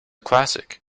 classic